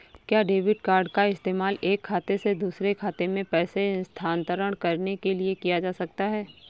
क्या debit card का इस्तेमाल एक खाते से दूसरे खाते में पैसे स्थानांतरण करने के लिए किया जा सकता है?